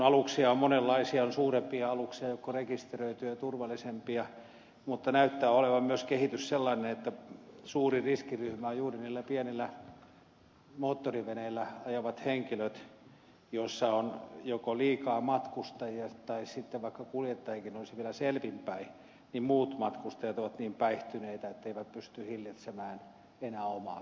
aluksia on monenlaisia on suurempia aluksia jotka on rekisteröity ja jotka ovat turvallisempia mutta näyttää olevan myös kehitys sellainen että suuri riskiryhmä on juuri näillä pienillä moottoriveneillä joissa on liikaa matkustajia ajavat henkilöt tai sitten vaikka kuljettajakin olisi vielä selvin päin niin muut matkustajat ovat niin päihtyneitä etteivät pysty hillitsemään enää omaa käytöstään